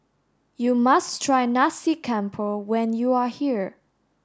you must try Nasi Campur when you are here